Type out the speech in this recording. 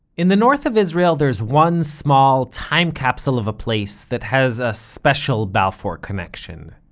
in the north of israel, there's one small time-capsule of a place that has a special balfour connection.